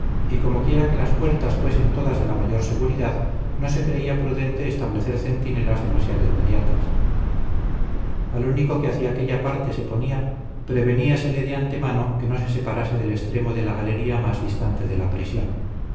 y como quiera que las puertas fuesen todas de la mayor seguridad no se creía prudente establecer centinelas demasiado inmediatas al único que hacia aquella parte se ponía preveníasele de antemano que no se separase del extremo de la galería más distante de la prisión